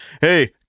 Hey